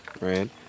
right